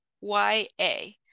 Y-A